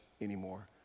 anymore